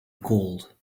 cold